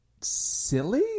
silly